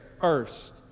first